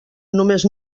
només